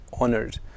honored